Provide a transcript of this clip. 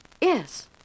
Yes